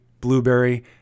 blueberry